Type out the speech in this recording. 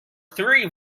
three